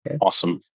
Awesome